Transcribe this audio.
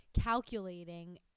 calculating